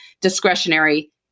discretionary